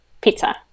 Pizza